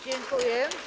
Dziękuję.